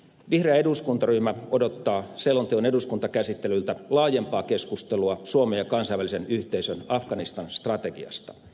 vihreä eduskuntaryhmä odottaa selonteon eduskuntakäsittelyltä laajempaa keskustelua suomen ja kansainvälisen yhteisön afganistan strategiasta